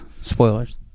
spoilers